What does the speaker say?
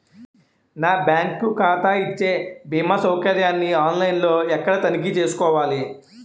నా బ్యాంకు ఖాతా ఇచ్చే భీమా సౌకర్యాన్ని ఆన్ లైన్ లో ఎక్కడ తనిఖీ చేసుకోవాలి?